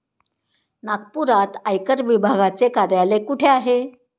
नागपुरात आयकर विभागाचे कार्यालय कुठे आहे?